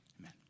Amen